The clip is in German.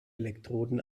elektroden